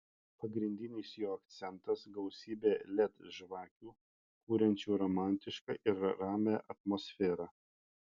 pagrindinis jo akcentas gausybė led žvakių kuriančių romantišką ir ramią atmosferą